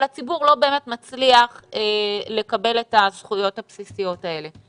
הציבור לא באמת מצליח לקבל את הזכויות הבסיסיות האלה.